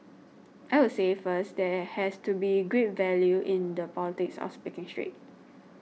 i would say first there has to be great value in the politics of speaking straight